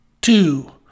two